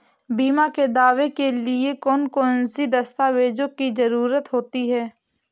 बीमा के दावे के लिए कौन कौन सी दस्तावेजों की जरूरत होती है?